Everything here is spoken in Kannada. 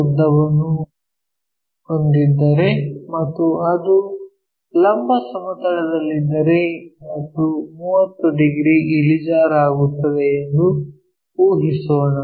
ಉದ್ದವನ್ನು ಹೊಂದಿದ್ದರೆ ಮತ್ತು ಅದು ಲಂಬ ಸಮತಲದಲ್ಲಿದ್ದರೆ ಮತ್ತು 30 ಡಿಗ್ರಿ ಇಳಿಜಾರಾಗಿರುತ್ತದೆ ಎಂದು ಊಹಿಸೋಣ